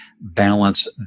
balance